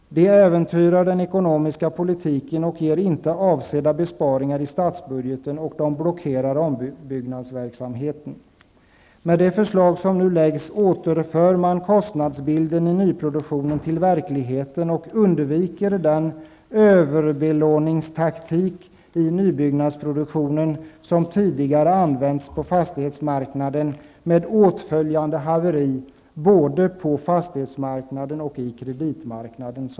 De äventyrar den ekonomiska politiken och ger inte avsedda besparingar i statsbudgeten, och de blockerar ombyggnadsverksamheten. Med de förslag som nu läggs fram återför man kostnadsbilden i nyproduktionen till verkligheten och undviker den överbelåningstaktik i nybyggnadsproduktionen som tidigare används på fastighetsmarknaden med åtföljande haverier både på fastighetsmarknaden och på kreditmarknaden.